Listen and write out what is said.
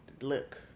look